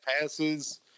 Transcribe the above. passes